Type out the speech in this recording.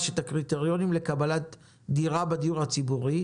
את הקריטריונים לקבלת דירה בדיור הציבורי.